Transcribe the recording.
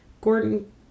Gordon